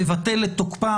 מבטל את תוקפה?